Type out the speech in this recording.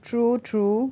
true true